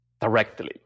directly